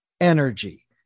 energy